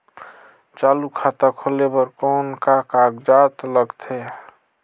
चालू खाता खोले बर कौन का कागजात लगथे?